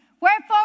Wherefore